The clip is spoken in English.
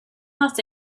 los